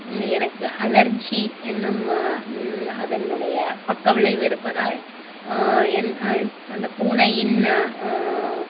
எனக்கு அலர்ஜி என்னும் அதனுடைய பக்கவிளைவு இருப்பதால் என் அந்த பூனையின்